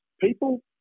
people